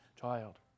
child